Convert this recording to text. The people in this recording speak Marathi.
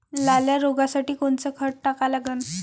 लाल्या रोगासाठी कोनचं खत टाका लागन?